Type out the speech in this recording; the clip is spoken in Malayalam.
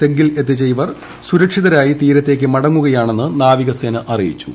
തെഗിൽ എത്തിച്ച ഇവർ സുരക്ഷിതരായി തീരത്തേക്ക് മടങ്ങുകയാണെന്ന് നാവികസേന അറിയിച്ചു